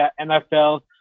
NFL